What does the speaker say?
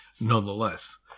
nonetheless